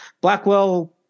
Blackwell –